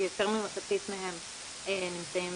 יותר ממחצית מהם נמצאים